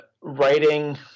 writing